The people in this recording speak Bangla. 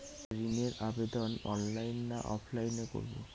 ঋণের আবেদন অনলাইন না অফলাইনে করব?